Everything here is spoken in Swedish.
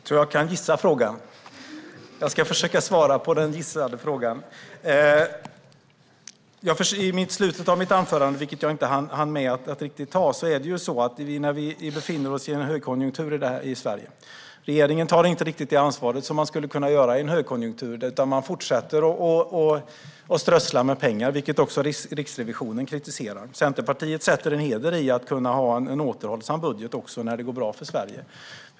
Herr talman! Jag tror att jag kan gissa frågan. Jag ska försöka svara på den gissade frågan. I slutet av mitt anförande, vilket jag inte hann med att ta upp, var det min avsikt att säga att vi befinner oss i en högkonjunktur i Sverige. Regeringen tar inte riktigt det ansvar som man skulle kunna göra i en högkonjunktur, utan man fortsätter att strössla med pengar. Det har också Riksrevisionen kritiserat. Centerpartiet sätter en heder i att ha en återhållsam budget när det går bra för Sverige.